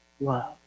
love